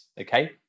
Okay